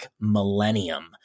millennium